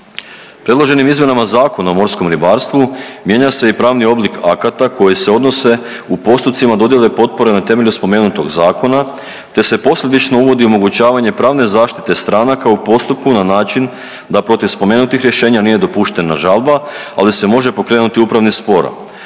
Predloženim izmjenama Zakona o morskom ribarstvu mijenja se i pravni oblik akata koji se odnose u postupcima dodjele potpore na temelju spomenutog zakona te se posljedično uvodi omogućavanje pravne zaštite stranaka u postupku na način da protiv spomenutih rješenja nije dopuštena žalba, ali se može pokrenuti upravni spor.